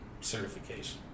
certification